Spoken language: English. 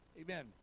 amen